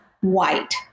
white